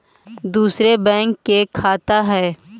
दुसरे बैंक के खाता हैं?